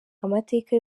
amateka